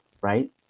right